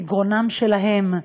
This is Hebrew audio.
מגרונם שלהם,